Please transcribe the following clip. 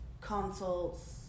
consults